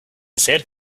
said